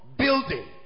building